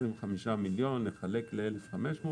25 מיליון לחלק ל-1,500,